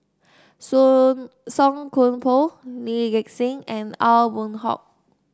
Song Song Koon Poh Lee Gek Seng and Aw Boon Haw